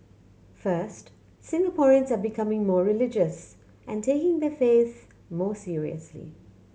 first Singaporeans are becoming more religious and taking their faiths more seriously